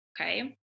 Okay